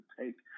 take